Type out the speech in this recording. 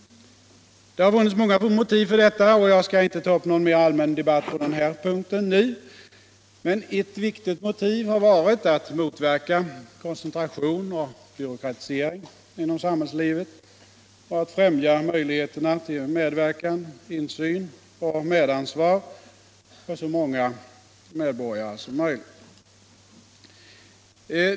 Det har funnits många motiv för detta, och jag skall inte ta upp någon mera allmän debatt på den här punkten nu. Men ett viktigt motiv har varit att motverka koncentration och byråkratisering inom samhällslivet och att främja möjligheterna till medverkan, insyn och medansvar för så många medborgare som möjligt.